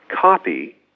Copy